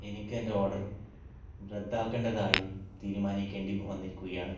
എനിക്കെൻ്റെ ഓർഡർ റദ്ദാക്കേണ്ടതായി തീരുമാനിക്കേണ്ടി വന്നിരിക്കുകയാണ്